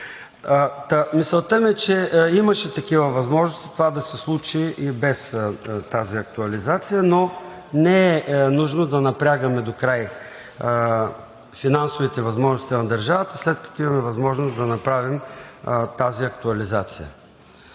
Мисълта ми е, че имаше такива възможности това да се случи и без тази актуализация, но не е нужно да напрягаме докрай финансовите възможности на държавата, след като имаме възможност да направим тази актуализация.